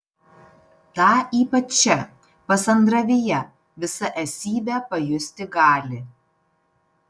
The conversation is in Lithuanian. tą ypač čia pasandravyje visa esybe pajusti gali